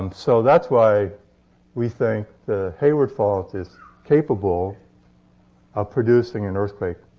um so that's why we think the hayward fault is capable of producing an earthquake